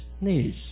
knees